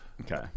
Okay